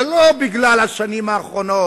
זה לא בגלל השנים האחרונות.